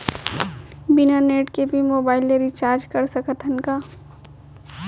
बिना नेट के भी मोबाइल ले रिचार्ज कर सकत हन का?